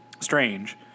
Strange